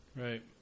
right